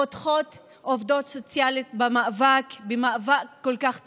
פותחות עובדות סוציאליות במאבק כל כך צודק.